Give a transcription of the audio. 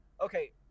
okay